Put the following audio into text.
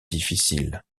difficile